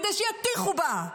כדי שיטיחו בה,